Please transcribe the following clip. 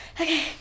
Okay